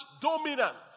dominance